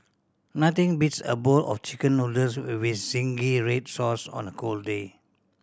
nothing beats a bowl of Chicken Noodles we with zingy red sauce on a cold day